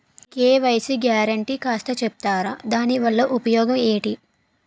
KYC guarantee కాస్త చెప్తారాదాని వల్ల ఉపయోగం ఎంటి?